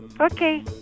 Okay